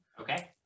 Okay